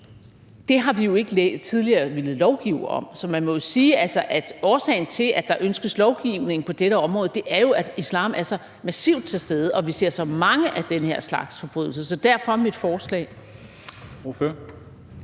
det har vi jo ikke tidligere villet lovgive om. Så man må jo sige, at årsagen til, at der ønskes lovgivning på dette område, er, at islam er så massivt til stede, og at vi ser så mange af den her slags forbrydelser – så derfor mit forslag.